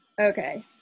Okay